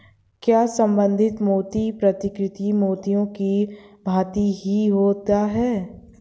क्या संवर्धित मोती प्राकृतिक मोतियों की भांति ही होता है?